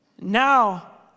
Now